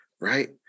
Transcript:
right